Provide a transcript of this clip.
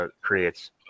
creates